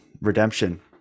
redemption